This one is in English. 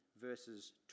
verses